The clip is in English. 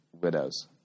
widows